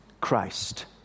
Christ